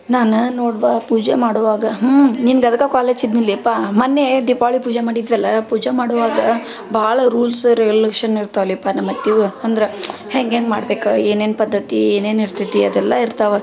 ನಾನು ನೋಡಿ ಬಾ ಪೂಜೆ ಮಾಡುವಾಗ ಹ್ಞೂ ನಿಂಗೆ ಅದಕ್ಕೆ ಕಾಲ್ ಹಚ್ಚಿದ್ನಿಲ್ಲೆ ಎಪ್ಪಾ ಮೊನ್ನೆ ದೀಪಾವಳಿ ಪೂಜೆ ಮಾಡಿದ್ದರಲ್ಲ ಪೂಜೆ ಮಾಡುವಾಗ ಭಾಳ ರೂಲ್ಸ್ ರೆಗ್ಯುಲೇಷನ್ ಇರ್ತಾವಲ್ಲಪ್ಪ ನಮ್ಮ ಅತ್ತೆಗೂ ಅಂದ್ರೆ ಹೆಂಗೆ ಹೆಂಗೆ ಮಾಡ್ಬೇಕು ಏನೇನು ಪದ್ಧತಿ ಏನೇನು ಇರ್ತೈ ತಿ ಅದೆಲ್ಲ ಇರ್ತಾವೆ